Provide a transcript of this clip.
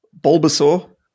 Bulbasaur